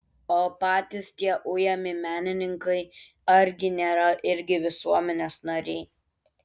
o patys tie ujami menininkai argi nėra irgi visuomenės nariai